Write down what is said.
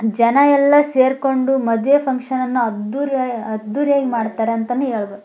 ಜನ ಎಲ್ಲ ಸೇರಿಕೊಂಡು ಮದುವೆ ಫಂಕ್ಷನನ್ನು ಅದ್ದೂರಿಯಾ ಅದ್ದೂರಿಯಾಗಿ ಮಾಡ್ತಾರಂತನೂ ಹೇಳ್ಬೋದ್